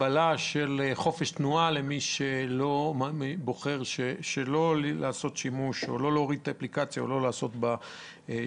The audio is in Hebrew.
הגבלה ש לחופש התנועה על מי שבוחר לא להוריד או לעשות שימוש באפליקציה.